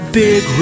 big